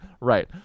Right